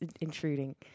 intruding